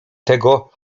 tego